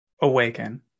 awaken